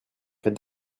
fête